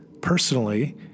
personally